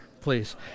please